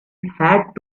had